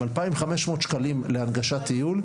עם 2,500 שקלים הנגשת טיול,